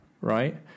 right